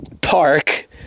park